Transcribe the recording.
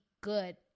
good